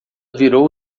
virou